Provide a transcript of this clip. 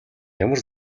ямар